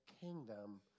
kingdom